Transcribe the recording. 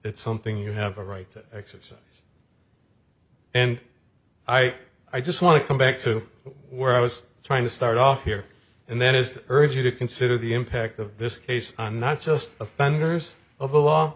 it's something you have a right to exercise and i i just want to come back to where i was trying to start off here and then is urge you to consider the impact of this case on not just offenders of the law